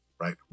Right